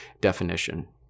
definition